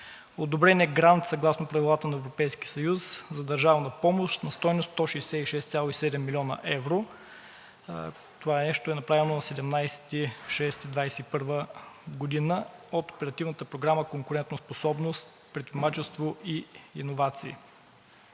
одобрен е грант, съгласно Правилата на Европейския съюз за държавна помощ, на стойност 166,7 млн. евро. Това нещо е направено на 17 юни 2021 г. от Оперативната програма „Конкурентоспособност, предприемачество и иновации“